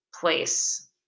place